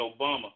Obama